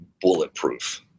bulletproof